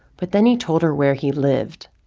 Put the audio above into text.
but then he told her where he lived.